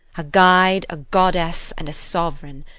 a guide, a goddess, and a sovereign,